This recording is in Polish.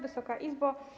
Wysoka Izbo!